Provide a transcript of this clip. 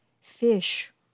fish